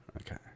Okay